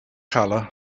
colour